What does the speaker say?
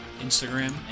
Instagram